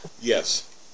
Yes